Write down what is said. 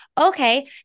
okay